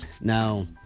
Now